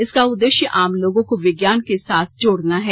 इसका उद्देश्य आम लोगों को विज्ञान के साथ जोड़ना है